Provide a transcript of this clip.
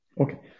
Okay